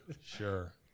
sure